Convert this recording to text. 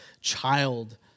child